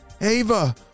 Ava